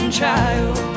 child